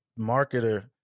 marketer